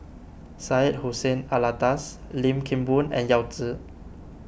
Syed Hussein Alatas Lim Kim Boon and Yao Zi